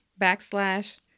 backslash